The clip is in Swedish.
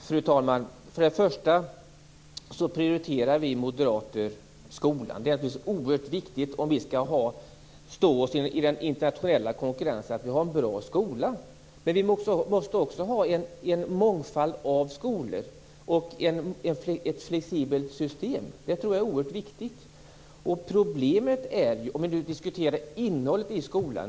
Fru talman! Vi moderater prioriterar skolan. Det är oerhört viktigt om vi skall stå oss i den internationella konkurrensen att vi har en bra skola. Men det är oerhört viktigt att också ha en mångfald av skolor och ett flexibelt system. Vi diskuterar innehållet i skolan.